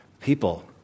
People